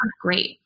great